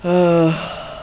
ha